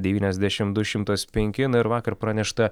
devyniasdešimt du šimtas penki na ir vakar pranešta